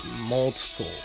multiple